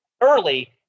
early